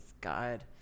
God